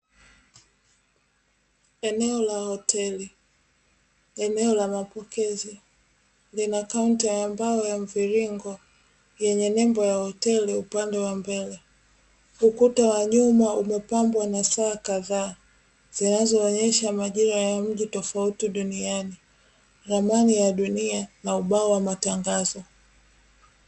Eneo la hoteli. Eneo la mapokezi lina kaunta ya mbao ya mviringo lenye nembo ya hoteli upande wa mbele. Ukuta wa nyuma umepambwa and saa kadhaa zinazoonyesha majira ya miji tofauti duniani, ramani ya dunia na ubao wa matangazo.